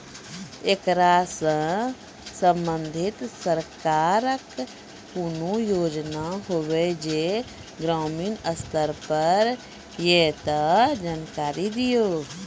ऐकरा सऽ संबंधित सरकारक कूनू योजना होवे जे ग्रामीण स्तर पर ये तऽ जानकारी दियो?